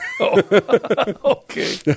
okay